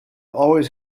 always